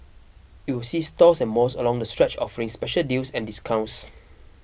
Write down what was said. it will see stores and malls along the stretch offering special deals and discounts